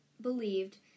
believed